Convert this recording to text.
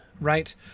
right